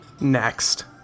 Next